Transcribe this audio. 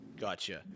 Gotcha